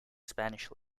spanish